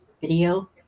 video